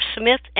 Smith &